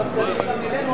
אבל צריך גם אלינו,